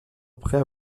après